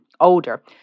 older